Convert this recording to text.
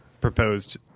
proposed